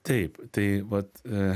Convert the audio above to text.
taip tai vat